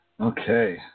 Okay